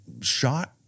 shot